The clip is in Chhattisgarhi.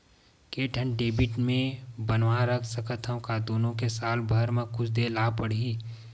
के ठन डेबिट मैं बनवा रख सकथव? का दुनो के साल भर मा कुछ दे ला पड़ही?